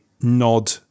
nod